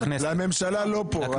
היועצת לממשלה לא פה.